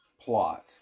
plot